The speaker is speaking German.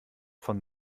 von